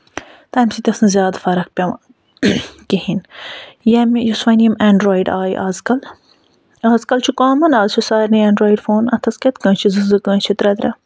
تَمہِ سۭتۍ ٲسۍ نہٕ زیادٕ فرق پٮ۪وان کِہیٖنۍ نہٕ ییٚمہِ یُس وَنۍ یِم اٮ۪نڈرِیوڈ آیہِ آز کَل آز کَل چھُ کامَن آز چھ سارنی اٮ۪نڈرِیوڈ فون اَتھس کٮ۪تھ کٲنسہِ چھِ زٕ زٕ کٲنسہِ چھِ ترے ترے